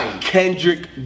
Kendrick